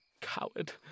coward